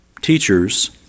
teachers